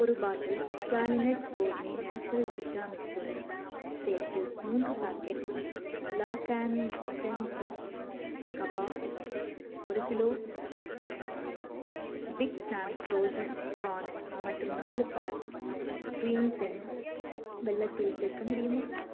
ஒரு பாட்டில் குவாலினட் gourmet natural வீட்டா மிக்ஸுடன் சேர்த்து மூன்று பேக்கெட் லா கார்ன் மட்டன் சீக் கபாப் ஒரு kilo big Sam's frozen prawns மட்டும் நாலு பேக் கிரீன்ஸ் இன் வெல்லத் தூள் சேர்க்க முடியுமா